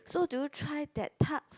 so do you try that tarts